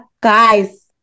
Guys